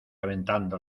aventando